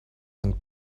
and